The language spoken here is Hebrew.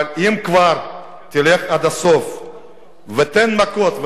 אבל אם כבר, תלך עד הסוף ותן מכות.